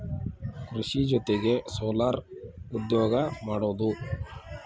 ಕೃಷಿ ಜೊತಿಗೆ ಸೊಲಾರ್ ಉದ್ಯೋಗಾ ಮಾಡುದು